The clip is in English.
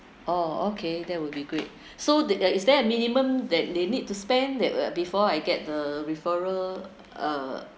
orh okay that would be great so there is there a minimum that they need to spend that before I get the referral uh